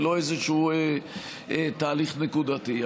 ולא איזשהו תהליך נקודתי.